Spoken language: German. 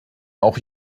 auch